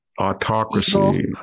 autocracy